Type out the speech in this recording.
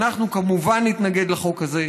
אנחנו כמובן נתנגד לחוק הזה.